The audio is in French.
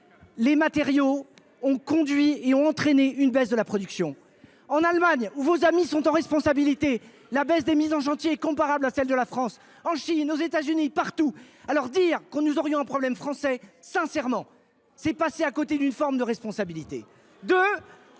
des matériaux ont entraîné une baisse de la production. Et la loi SRU ! En Allemagne, où vos amis sont en responsabilité, la baisse des mises en chantier est comparable à celle de la France. en Chine ou aux États Unis ! Partout ! La loi SRU ! Alors dire que nous aurions un problème français, sincèrement, c’est passer à côté d’une forme de responsabilité.